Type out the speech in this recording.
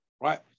right